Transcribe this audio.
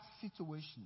situation